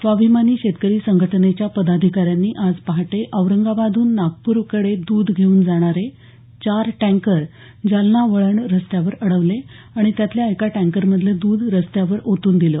स्वाभिमानी शेतकरी संघटनेच्या पदाधिकाऱ्यांनी आज पहाटे औरंगाबादहून नागपूरकडे द्ध घेऊन जाणारे चार टँकर जालना वळण रस्त्यावर अडवले आणि त्यातल्या एका टँकरमधलं द्ध रस्त्यावर ओतून दिलं